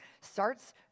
starts